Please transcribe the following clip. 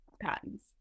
patents